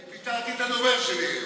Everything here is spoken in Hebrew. אני פיטרתי את הדובר שלי היום.